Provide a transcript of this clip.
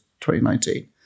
2019